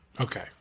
Okay